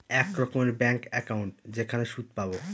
এক রকমের bank account যেখানে সুদ পাবো